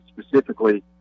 specifically